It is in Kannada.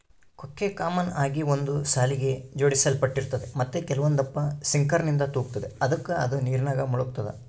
ಕೊಕ್ಕೆ ಕಾಮನ್ ಆಗಿ ಒಂದು ಸಾಲಿಗೆ ಜೋಡಿಸಲ್ಪಟ್ಟಿರ್ತತೆ ಮತ್ತೆ ಕೆಲವೊಂದಪ್ಪ ಸಿಂಕರ್ನಿಂದ ತೂಗ್ತತೆ ಅದುಕ ಅದು ನೀರಿನಾಗ ಮುಳುಗ್ತತೆ